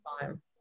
time